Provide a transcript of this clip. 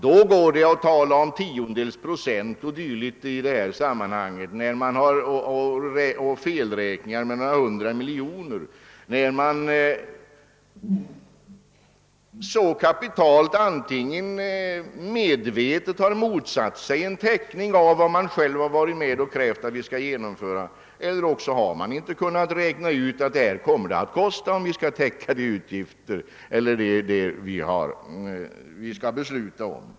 Här talar denna om tiondels procent och felräkningar på några hundra miljoner, medan man själv antingen har medvetet motsatt sig en täckning av utgifterna för åtgärder som man varit med om att kräva eller också inte kunnat räkna ut vad det skulle kosta.